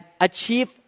achieve